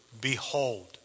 behold